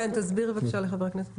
כן, תסבירי בבקשה לחבר הכנסת מקלב.